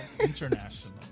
International